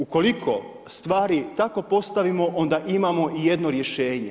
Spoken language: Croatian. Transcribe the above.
Ukoliko stvari tako postavimo, onda imamo jedno rješenje.